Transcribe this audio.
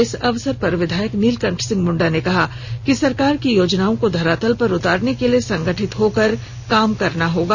इस अवसर पर विधायक नीलकंठ सिंह मुंडा ने कहा कि सरकार की योजनाओं को धरातल पर उतारने के लिए संगठित होकर काम करना होगा